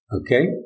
Okay